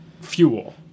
fuel